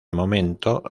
momento